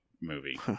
movie